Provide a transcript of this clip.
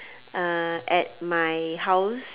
uh at my house